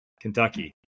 Kentucky